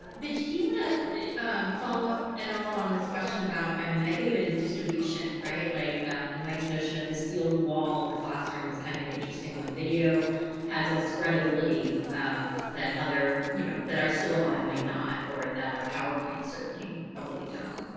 but yeah do you want to follow up at all on this question about? i mean, i think of it is distribution, right? like and mike's notion of the sealed wall of the classroom is kind of an interesting one. video has a spread ability that other, you know, that our syllabi might not or that our powerpoint certainly probably don't.